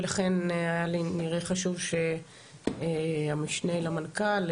ולכן היה לי חשוב שהמשנה למנכ"ל,